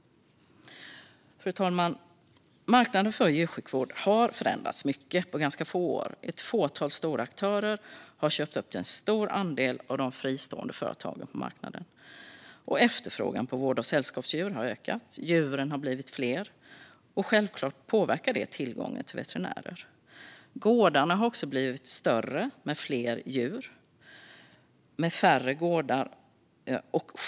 Fru talman! Marknaden för djursjukvård har förändrats mycket på ganska få år. Ett fåtal stora aktörer har köpt upp en stor andel av de fristående företagen på marknaden. Efterfrågan på vård av sällskapsdjur har ökat. Djuren har blivit fler. Självklart påverkar det tillgången till veterinärer. Gårdarna har också blivit större men färre och har fler djur.